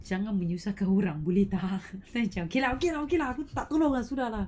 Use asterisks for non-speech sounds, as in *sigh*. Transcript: jangan menyusahkan orang boleh tak *laughs* then aku macam okay lah okay lah okay lah aku tak tolong ah sudah lah